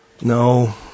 no